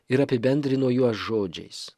ir apibendrino juos žodžiais